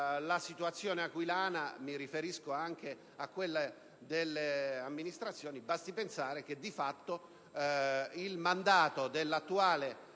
la situazione aquilana. Mi riferisco anche a quella delle amministrazioni; basti pensare che il mandato dell'attuale